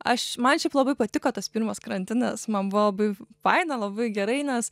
aš man šiaip labai patiko tas pirmas karantinas man buvo labai faina labai gerai nes